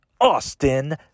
austin